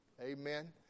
Amen